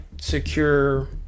secure